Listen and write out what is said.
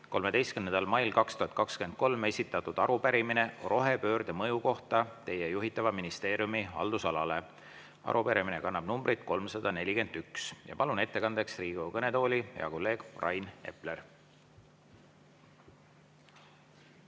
13. mail 2023 esitatud arupärimine rohepöörde mõju kohta [ministri] juhitava ministeeriumi haldusalale. Arupärimine kannab numbrit 341. Palun ettekandeks Riigikogu kõnetooli hea kolleegi Rain Epleri.